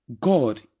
God